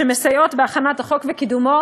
שמסייעות בהכנת החוק ובקידומו.